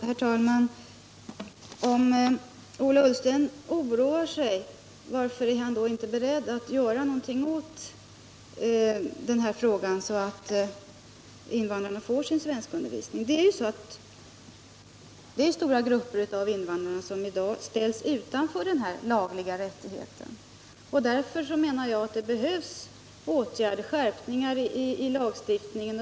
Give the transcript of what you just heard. Herr talman! Om Ola Ullsten oroar sig, varför är han då inte beredd att göra någonting åt den här frågan, så att invandrarna får sin svenskundervisning? Det är ju stora grupper av invandrare som i dag ställs utanför denna lagliga rättighet. Därför menar jag att det behövs åtgärder — skärpningar i lagstiftningen.